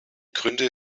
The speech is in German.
gründe